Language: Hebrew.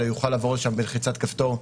אלא יוכל לעבור לשם בלחיצת כפתור,